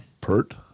Pert